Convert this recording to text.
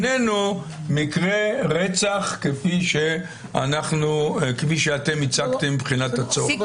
מקרה רצח כפי שאתם הצגתם מבחינת הצורך.